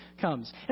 comes